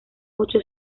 ocho